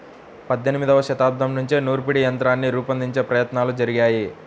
పద్దెనిమదవ శతాబ్దం నుంచే నూర్పిడి యంత్రాన్ని రూపొందించే ప్రయత్నాలు జరిగాయి